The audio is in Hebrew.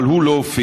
אבל הוא לא הופיע.